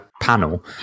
panel